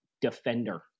defender